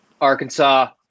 Arkansas